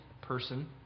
person